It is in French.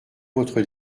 votre